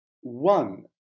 One